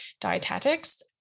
dietetics